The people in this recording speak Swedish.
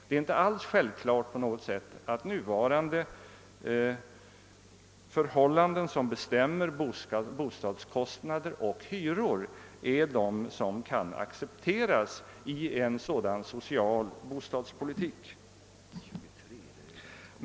Det är inte alls på något sätt självklart att de förhållanden som nu bestämmer bostadskostnader och hyror är de som kan accepteras i en sådan social bostadspolitik.